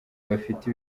bafite